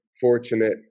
fortunate